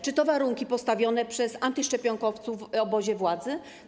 Czy to warunki postawione przez antyszczepionkowców w obozie władzy?